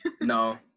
No